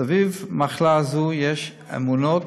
סביב מחלה זו יש אמונות,